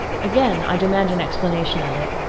again i demand an explanation of it.